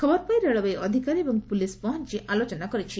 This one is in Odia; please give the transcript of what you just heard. ଖବର ପାଇ ରେଳବାଇ ଅଧିକାରୀ ଏବଂ ପ୍ରଲିସ୍ ପହଞ୍ ଆଲୋଚନା କରିଛନ୍ତି